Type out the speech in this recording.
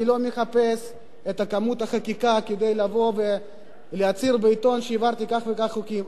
אני לא מחפש את כמות החקיקה כדי להצהיר בעיתון שהעברתי כך וכך חוקים.